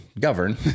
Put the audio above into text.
govern